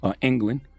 England